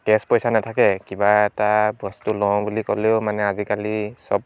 case পইচা নাথাকে কিবা এটা বস্তু লওঁ বুলি ক'লেও মানে আজিকালি চব